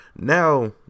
Now